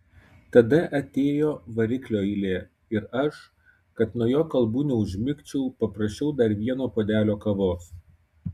tada atėjo variklio eilė ir aš kad nuo jo kalbų neužmigčiau paprašiau dar vieno puodelio kavos